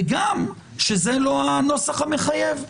וגם שזה לא הנוסח המחייב.